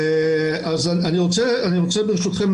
ברשותכם,